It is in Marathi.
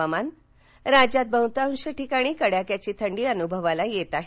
हवामान् राज्यात बहृतांश ठिकाणी कडाक्याची थडी अनुभवास येते आहे